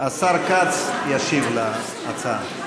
השר כץ ישיב על ההצעה.